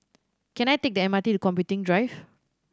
can I take the M R T to Computing Drive